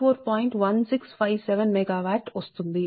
1657 MW వస్తుంది